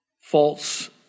false